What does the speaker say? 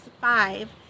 five